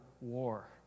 war